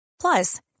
Plus